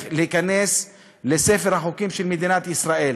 להיכנס לספר החוקים של מדינת ישראל.